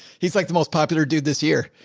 he's like the most popular dude this year.